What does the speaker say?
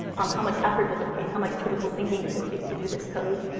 um how much effort does it take? how much critical thinking does it take to do this code?